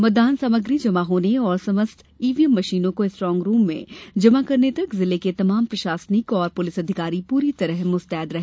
मतदान सामग्री जमा होने और समस्त इवीएम मशीनों को स्ट्रांग रुम में जमा करने तक जिले के तमाम प्रशासनिक और पुलिस अधिकारी पूरी तरह मुस्तैद रहे